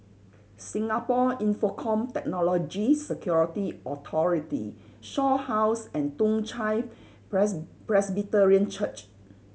Singapore Infocomm Technology Security Authority Shaw House and Toong Chai Press Presbyterian Church